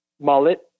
mullet